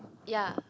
ya